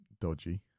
dodgy